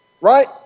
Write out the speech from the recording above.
Right